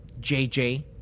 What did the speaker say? JJ